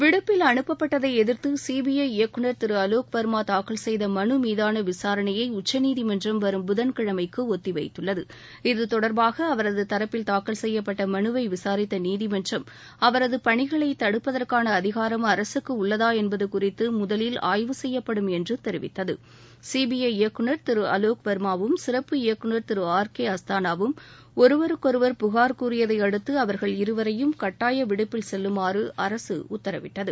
விடுப்பில் அனுப்பப்பட்டதை எதிர்த்து சிபிஐ இயக்குநர் திரு அலோக் வர்மா தாக்கல் செய்த மனு மீதான விசாரணையை உச்சநீதிமன்றம் வரும் புதன்கிழமைக்கு ஒத்திவைத்துள்ளது இத்தொடர்பாக அவரது தரப்பில் தாக்கல் செய்யப்பட்ட மனுவை விசாரித்த நீதிமன்றம் அவரது பணிகளை தடுப்பதற்கான அதிகாரம் அரசுக்கு உள்ளதா என்பது குறித்து முதலில் ஆய்வு செய்யப்படும் என்று தெரிவித்தது சிபிறு இயக்குநர் திரு அலோக் வர்மாவும் சிறப்பு இயக்குநர் திரு ஆர் கே அஸ்தானாவும் ஒருவருக்கொருவர் புகார் கூறியதையடுத்து அவர்கள் இருவரையும் கட்டாய விடுப்பில் செல்லுமாறு அரசு உத்தரவிட்டது